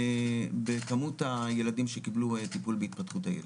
בכמות הילדים שקיבלו טיפול בהתפתחות הילד.